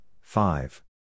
five